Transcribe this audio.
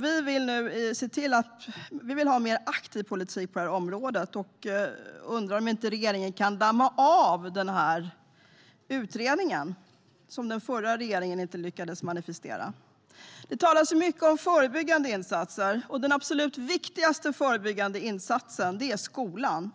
Vi vill ha mer aktiv politik på det här området och undrar om inte regeringen kan damma av den här utredningen, som den förra regeringen inte lyckades manifestera. Det talas mycket om förebyggande insatser. Den absolut viktigaste förebyggande insatsen är skolan.